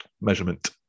measurement